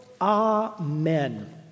Amen